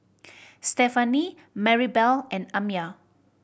Stefani Marybelle and Amya